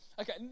Okay